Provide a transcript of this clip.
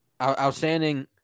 Outstanding